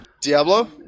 diablo